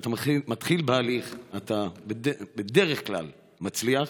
כשאתה מתחיל בהליך אתה בדרך כלל מצליח,